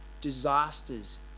disasters